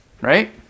Right